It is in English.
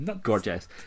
gorgeous